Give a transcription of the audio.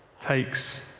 takes